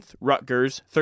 Rutgers